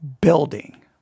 building